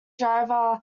driver